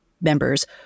members